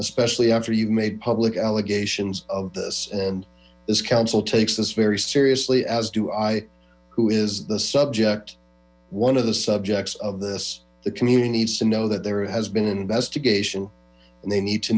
especially after you've made public allegations of this and this council takes this very seriously as do i who is the subject one of the subjects of this the community needs to know that there has been an investigation and they need to